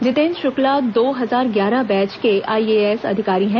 जितेंद्र शुक्ला दो हजार ग्यारह बैच के आईएएस अधिकरी हैं